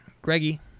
Greggy